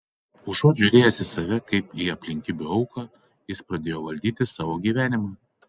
užuot žiūrėjęs į save kaip į aplinkybių auką jis pradėjo valdyti savo gyvenimą